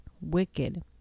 wicked